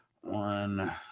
One